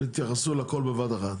שתתייחסו לכול בבת אחת.